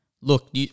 Look